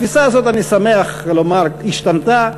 התפיסה הזאת, אני שמח לומר, השתנתה.